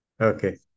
Okay